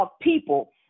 people